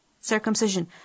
circumcision